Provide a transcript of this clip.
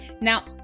Now